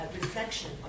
reflection